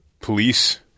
police